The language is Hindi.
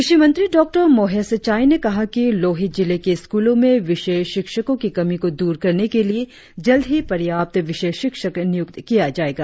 कृषि मंत्री डाँ मोहेश चाइ ने कहा कि लोहित जिले के स्कूलों में विषय शिक्षको की कमी को दूर करने के लिए जल्द ही पर्याप्त विषय शिक्षक नियुक्त किया जाएगा